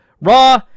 Raw